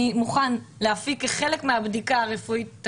אני מוכן להפיק כחלק מהבדיקה הרפואית את